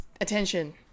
attention